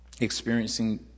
Experiencing